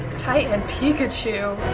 titan pikachu?